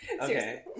Okay